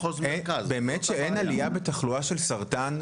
באמת שאין עלייה בתחלואה של סרטן?